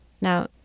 Now